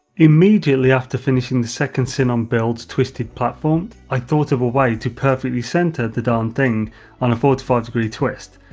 immediately after finishing the second sihnon builds twisted platform, i thought of a way to perfectly center than darn thing on a forty five degree twist,